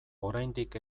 oraindik